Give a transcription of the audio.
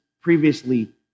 previously